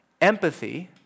Empathy